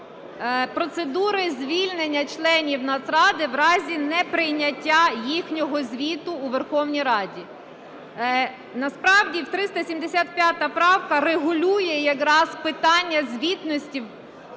процедури звільнення членів Нацради в разі неприйняття їхнього звіту у Верховній Раді. Насправді 375 правка регулює якраз питання звітності через